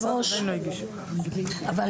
שגורמי המקצוע במשרד מגבשים ממש בימים